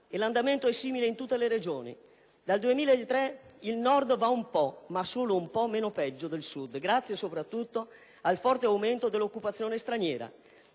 e l'andamento è simile in tutte le Regioni. Dal 2003 il Nord va un po' (ma solo un po') meno peggio del Sud, grazie soprattutto al forte aumento dell'occupazione straniera.